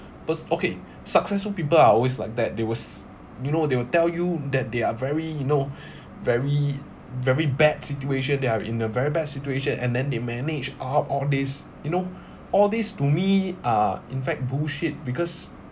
pers~ okay successful people are always like that they will s~ you know they will tell you that they are very you know very very bad situation they're in a very bad situation and then they manage up all these you know all these to me are in fact bullshit because